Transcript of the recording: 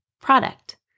Product